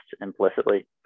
implicitly